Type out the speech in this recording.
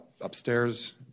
Upstairs